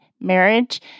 marriage